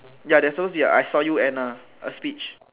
ya there's supposed to be a I saw you Anna a speech